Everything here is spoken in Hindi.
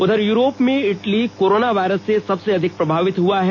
उधर यूरोप में इटली कोरोना वायरस से सबसे अधिक प्रभावित हुआ है